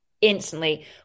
instantly